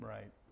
Right